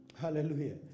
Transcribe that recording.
Hallelujah